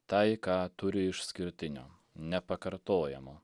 tai ką turi išskirtinio nepakartojamo